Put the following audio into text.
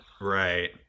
Right